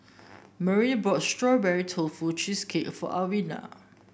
Brielle bought Strawberry Tofu Cheesecake for Alwina